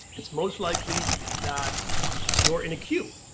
it's most likely that you are in a queue.